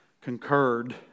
concurred